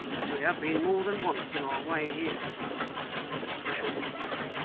as we have been more than once on our way here was the short reply.